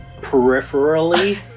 peripherally